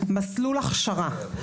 מסלול הכשרה,